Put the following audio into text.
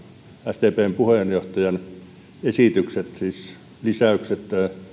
sdpn puheenjohtajan esitykset siis lisäykset